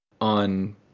on